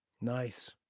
Nice